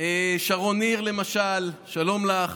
שרון ניר, למשל, שלום לך,